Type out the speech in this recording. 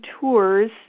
tours